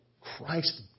Christ